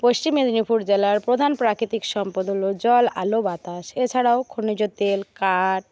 পশ্চিম মেদিনীপুর জেলার প্রধান প্রাকৃতিক সম্পদ হল জল আলো বাতাস এছাড়াও খনিজ তেল কাঠ